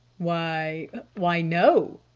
why why, no,